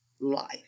life